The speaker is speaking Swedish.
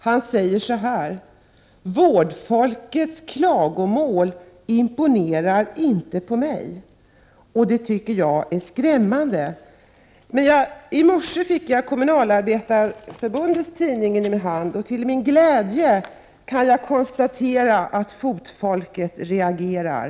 Han säger följande: ”Vårdfolkets klagomål imponerar inte på mig.” Det tycker jag är skrämmande. I morse fick jag emellertid Kommunalarbetareförbundets tidning i min hand. Till min glädje kunde jag då konstatera att fotfolket reagerar.